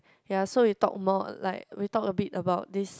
ya so we talk more like we talk a bit about this